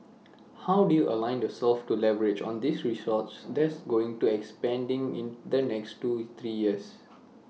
how do you align yourselves to leverage on this resource that's going to expanding in the next two three years